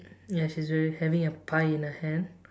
ya she's having a pie in her hand